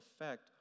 effect